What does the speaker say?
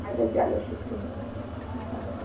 اَدٕ حظ چلو شُکریہ تُہُنٛد